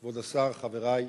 כבוד השר, חברי,